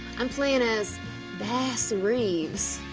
i'm playin' as bass reeves.